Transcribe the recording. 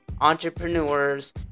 entrepreneurs